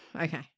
Okay